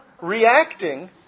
reacting